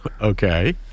Okay